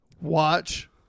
watch